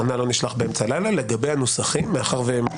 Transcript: לגבי הנוסחים מאחר שהם